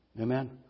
amen